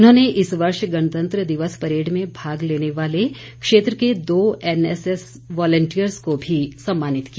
उन्होंने इस वर्ष गणतंत्र दिवस परेड में भाग लेने वाले क्षेत्र के दो एनएसएस वॉलेंटियर्ज को भी सम्मानित किया